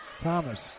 Thomas